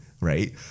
right